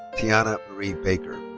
tiana marie baker.